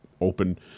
open